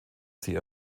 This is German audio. sie